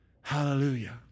Hallelujah